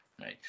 right